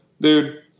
Dude